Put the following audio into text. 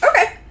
Okay